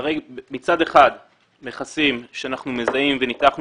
מצד אחד מכסים שאנחנו מזהים וניתחנו